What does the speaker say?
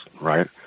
right